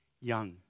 young